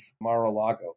Mar-a-Lago